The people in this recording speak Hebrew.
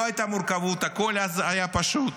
לא הייתה מורכבות, הכול אז היה פשוט.